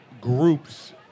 groups